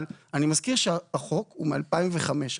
אבל אני מזכיר שהחוק הוא מ-2005.